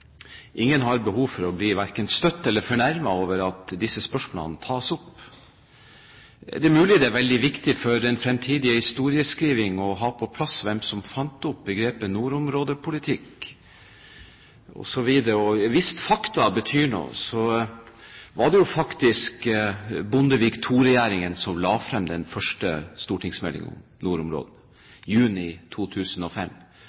at det er veldig viktig for den fremtidige historieskrivning å ha på plass hvem som fant opp begrepet nordområdepolitikk. Hvis fakta betyr noe, var det faktisk Bondevik II-regjeringen som la frem den første stortingsmeldingen om